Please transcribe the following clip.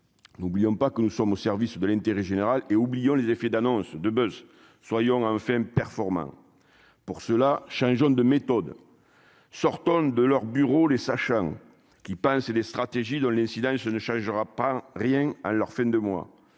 n'oublions pas que nous sommes au service de l'intérêt général et oublions les effets d'annonce de baisse soyons enfin performant pour cela, changeons de méthode, sortant de leur bureau, les sachant qu'ils pensaient des stratégies dans l'incident je ne changera pas rien à leurs fins de mois